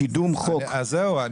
בואו, אולי נשאיר את זה --- אז זהו,